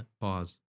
pause